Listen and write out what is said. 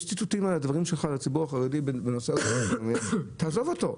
יש ציטוטים מהדברים שלך על הציבור החרדי בנושא --- תעזוב אותו,